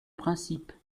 principes